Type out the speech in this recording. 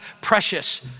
precious